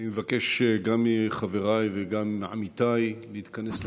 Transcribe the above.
אני מבקש גם מחבריי וגם מעמיתיי להתכנס לזמנים.